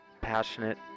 passionate